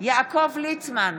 יעקב ליצמן,